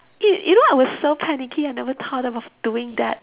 you you know I was so panicky I never thought of doing that